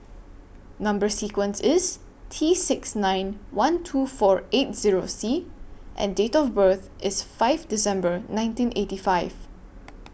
Number sequence IS T six nine one two four eight Zero C and Date of birth IS five December nineteen eighty five